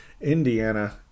Indiana